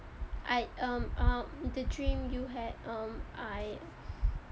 I um um the dream you had um I